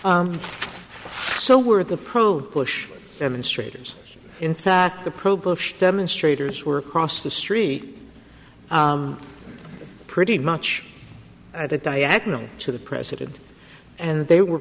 so were the pro bush administrations in fact the pro bush demonstrators were across the street pretty much at the diagonal to the president and they were